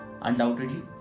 Undoubtedly